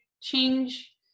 change